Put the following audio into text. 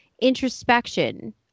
introspection